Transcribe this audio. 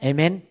Amen